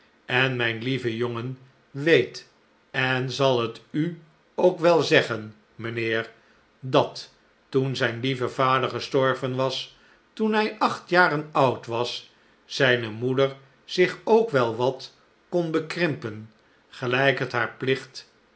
en mijn lieve jongen weet en zal het u ook wel zeggen mijnheer dat toen zijn lieve vader gestorven was toen hij acht jaren oud was zijne moeder zich ook wel wat kon bekrimpen gelijk het haar plicht